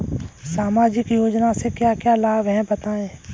सामाजिक योजना से क्या क्या लाभ हैं बताएँ?